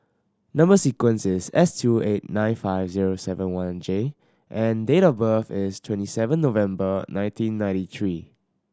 number sequence is S two eight nine five zero seven one J and date of birth is twenty seven November nineteen ninety three